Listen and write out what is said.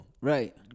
Right